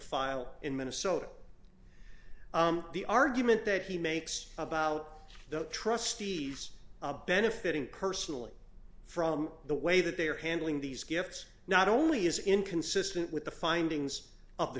file in minnesota the argument that he makes about the trustees benefiting personally from the way that they are handling these gifts not only is inconsistent with the findings of the